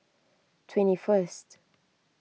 twenty first